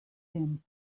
him